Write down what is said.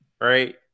Right